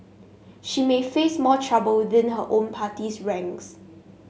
she may face more trouble within her own party's ranks